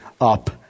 up